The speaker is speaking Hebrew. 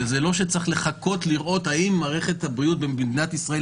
וזה לא שצריך לחכות לראות האם מערכת הבריאות במדינת ישראל